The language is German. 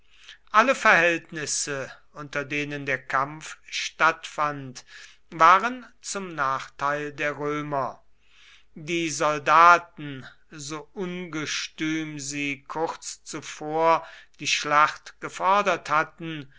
alle verhältnisse unter denen der kampf stattfand waren zum nachteil der römer die soldaten so ungestüm sie kurz zuvor die schlacht gefordert hatten